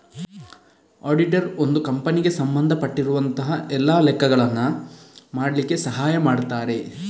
auditor ಒಂದು ಕಂಪನಿಗೆ ಸಂಬಂಧ ಪಟ್ಟಿರುವಂತಹ ಎಲ್ಲ ಲೆಕ್ಕಗಳನ್ನ ಮಾಡ್ಲಿಕ್ಕೆ ಸಹಾಯ ಮಾಡ್ತಾರೆ